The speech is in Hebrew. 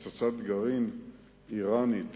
שפצצת גרעין אירנית